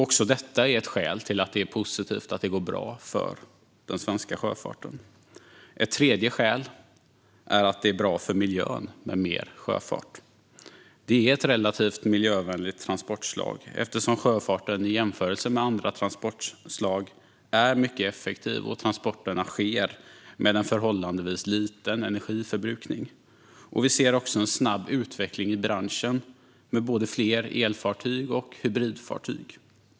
Även detta är ett skäl till att det är positivt att det går bra för den svenska sjöfarten. Ett tredje skäl är att mer sjöfart är bra för miljön. Det är ett relativt miljövänligt transportslag, eftersom sjöfarten i jämförelse med andra trafikslag är mycket effektiv och transporterna sker med en förhållandevis liten energiförbrukning. Vi ser också en snabb utveckling i branschen med fler elfartyg och hybridfartyg.